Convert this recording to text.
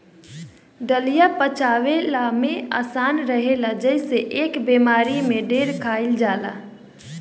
दलिया पचवला में आसान रहेला जेसे एके बेमारी में ढेर खाइल जाला